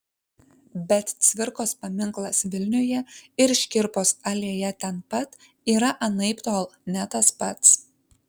bet cvirkos paminklas vilniuje ir škirpos alėja ten pat yra anaiptol ne tas pats